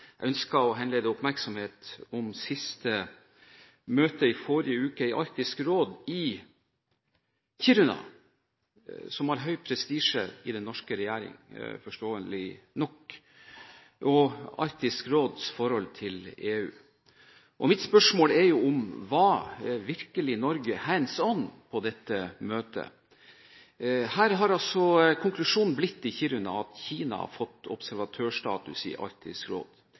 Jeg ønsker å henlede oppmerksomheten på det siste møtet i Arktisk råd i Kiruna i forrige uke – som har høy prestisje i den norske regjeringen, forståelig nok – og Arktisk råds forhold til EU. Mitt spørsmål er om Norge virkelig var «hands on» på dette møtet. I Kiruna ble konklusjonen at Kina – ikke Den europeiske union – har fått observatørstatus i Arktisk råd.